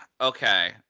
Okay